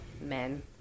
men